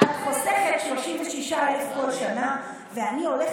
את חוסכת 36,000 כל שנה, ואני הולך